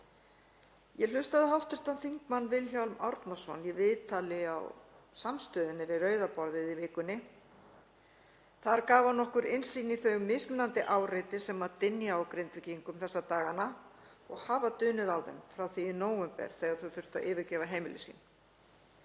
Ég hlustaði á hv. þm. Vilhjálm Árnason í viðtali við Rauða borðið á Samstöðinni í vikunni. Þar gaf hann okkur innsýn í þau mismunandi áreiti sem dynja á Grindvíkingum þessa dagana og hafa dunið á þeim frá því í nóvember þegar íbúar þurftu að yfirgefa heimili sín.